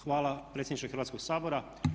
Hvala predsjedniče Hrvatskog sabora.